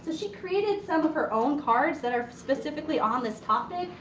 she created some of her own cards that are specifically on this topic.